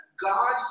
God